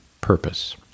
purpose